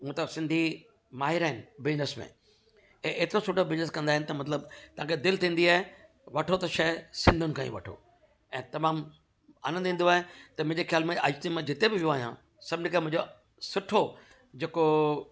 हुअं त सिंधी माहिर आहिनि बिज़नैस में ऐं एतिरो सुठो बिज़नैस कंदा आहिनि त मतिलब तव्हांखे दिलि थींदी आहे वठो त शइ सिंधियुनि खां ई वठो ऐं तमामु आनंदु ईंदो आहे त मुंहिंजे ख्याल मां अॼु तईं मां जिते बि वियो आहियां सभिनी खे मुंहिंजो सुठो जेको